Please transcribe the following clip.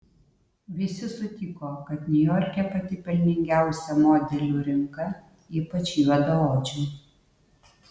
visi sutiko kad niujorke pati pelningiausia modelių rinka ypač juodaodžių